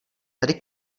tady